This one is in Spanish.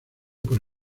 por